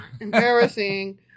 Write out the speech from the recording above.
Embarrassing